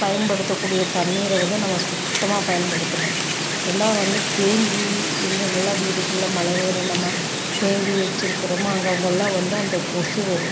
பயன்படுத்தக்கூடிய தண்ணீரை வந்து நம்ம சுத்தமாக பயன்படுத்தணும் ரெண்டாவது வந்து தேங்கி எங்கெங்கல்லாம் வீடுகளில் மழைநீர் நம்ம தேங்க வச்சிருக்கிறோமோ அங்கங்கேல்லாம் வந்து அந்த கொசு வரும்